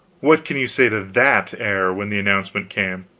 what can you say to that? air, when the announcement came